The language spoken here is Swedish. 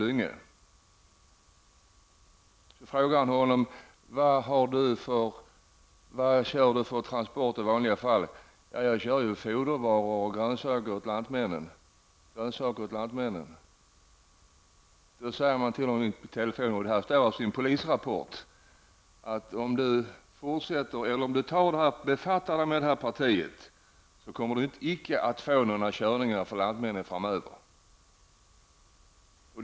Lyngö frågade honom vilka transporter han körde i vanliga fall. Åkaren svarade att han körde fodervaror och grönsaker åt Lantmännen. Lyngö sade då -- vilket står i en polisrapport -- att om åkaren befattar sig med detta parti kommer han inte att få några körningar för Lantmännen framöver.